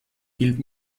gilt